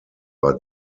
war